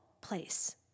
place